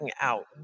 out